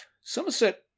Somerset